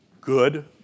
good